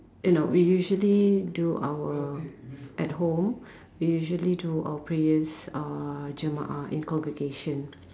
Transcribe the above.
you know we usually do our at home we usually do our prayers uh jemaah in congregation